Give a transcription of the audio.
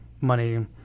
money